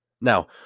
Now